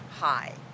high